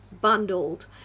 bundled